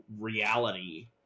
reality